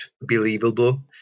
believable